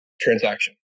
transaction